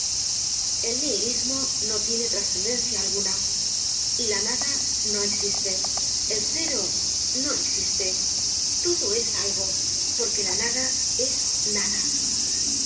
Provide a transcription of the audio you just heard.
el nihilismo no tiene trascendencia alguna y la nada no existe el cero no existe todo es algo porque la nada es nada